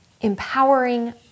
empowering